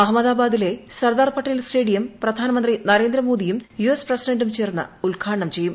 അഹമ്മദാബാദിലെ സർദാർ പട്ടേൽ സ്റ്റേഡിയും പ്രിധാനമന്ത്രി നരേന്ദ്രമോദിയും യു എസ് പ്രസിഡന്റും ചേർന്ന് ഉദ്ഘാടനം ചെയ്യും